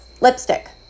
lipstick